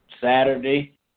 Saturday